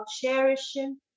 cherishing